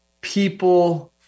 people